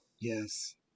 Yes